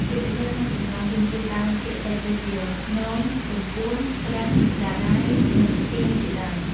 ជាពិសេសក្នុងចំណោមជនជាតិដើមភាគតិចដូចជា ព្នង ទំពួន គ្រឹង ចារ៉ាយ និងស្ទៀង ជាដើម។